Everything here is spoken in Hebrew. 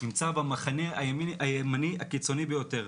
נמצא במחנה הימני הקיצוני ביותר.